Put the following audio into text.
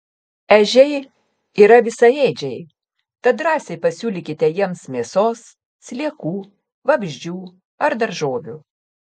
ežiai yra visaėdžiai tad drąsiai pasiūlykite jiems mėsos sliekų vabzdžių ar daržovių